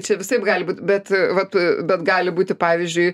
čia visaip gali būt bet vat bet gali būti pavyzdžiui